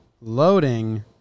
loading